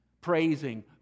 praising